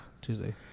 Tuesday